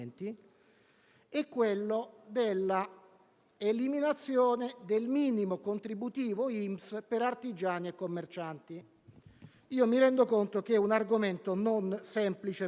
propone l'eliminazione del minimo contributivo INPS per artigiani e commercianti. Mi rendo conto che è un argomento non semplice per chi